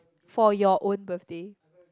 for your own birthday